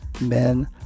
men